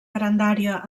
grandària